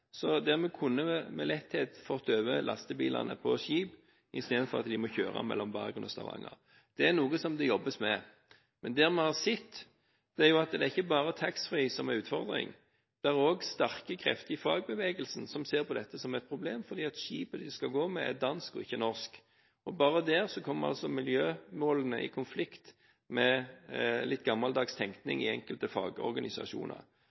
vi med letthet kunne ha fått lastebilene over på skip i stedet for at de må kjøre mellom Bergen og Stavanger. Dette er noe det jobbes med. Men det vi har sett, er jo at det ikke bare er taxfree som er en utfordring; det er også sterke krefter i fagbevegelsen som ser på dette som et problem, fordi skipet de skal gå med, er dansk og ikke norsk – og bare der kommer altså miljømålene i konflikt med litt gammeldags